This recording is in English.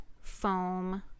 foam